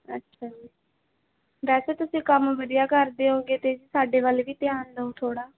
ਅੱਛਾ ਜੀ ਵੈਸੇ ਤੁਸੀਂ ਕੰਮ ਵਧੀਆ ਕਰਦੇ ਹੋਊਂਗੇ ਅਤੇ ਸਾਡੇ ਵੱਲ ਵੀ ਧਿਆਨ ਦਿਓ ਥੋੜ੍ਹਾ